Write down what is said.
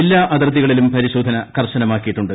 ജില്ലാ അതിർത്തികളിലും പരിശോധന കർശനമാക്കിയിട്ടുണ്ട്